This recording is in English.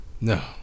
no